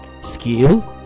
skill